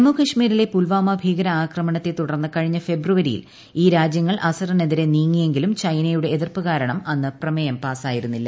ജമ്മുകാശ്മിരിലെ പുൽവാമ ഭീകര ആക്രമണത്തെ തുടർന്ന്കഴിഞ്ഞ ഫെബ്രുവരിയിൽ ഈ രാജ്യങ്ങൾ അസറിനെതിരെ നീങ്ങിയെങ്കിലും ചൈനയുടെ എതിർപ്പ് കാരണം അന്ന് പ്രമേയം പാസ്സായിരുന്നില്ല